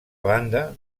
banda